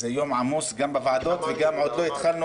זה יום עמוס גם בוועדות ועוד לא התחלנו